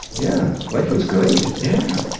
yeah, life was great! yeah.